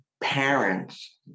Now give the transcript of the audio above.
parents